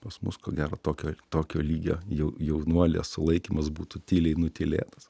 pas mus ko gero tokio tokio lygio jau jaunuolės sulaikymas būtų tyliai nutylėtas